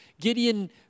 Gideon